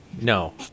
No